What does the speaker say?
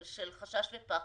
של חשש ופחד.